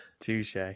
touche